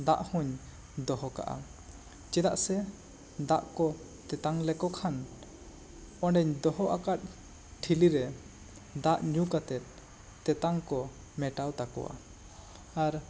ᱫᱟᱜ ᱦᱚᱹᱧ ᱫᱚᱦᱚ ᱠᱟᱜᱼᱟ ᱪᱮᱫᱟᱜ ᱥᱮ ᱫᱟᱜ ᱠᱚ ᱛᱮᱛᱟᱝ ᱞᱮᱠᱚ ᱠᱷᱟᱱ ᱚᱸᱰᱮᱧ ᱫᱚᱦᱚ ᱟᱠᱟᱫ ᱴᱷᱤᱞᱤ ᱨᱮ ᱫᱟᱜ ᱧᱩ ᱠᱟᱛᱮ ᱛᱮᱛᱟᱝ ᱠᱚ ᱢᱮᱴᱟᱣ ᱛᱟᱠᱚᱣᱟ ᱟᱨ